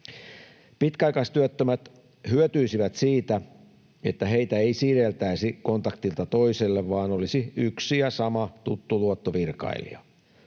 Pitkäaikaistyöttömät hyötyisivät siitä, että heitä ei siirreltäisi kontaktilta toiselle vaan olisi yksi ja sama tuttu luottovirkailija.